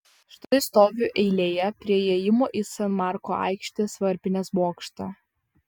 štai stoviu eilėje prie įėjimo į san marko aikštės varpinės bokštą